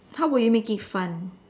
how would you make it fun